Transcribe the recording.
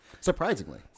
Surprisingly